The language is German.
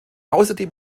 außerdem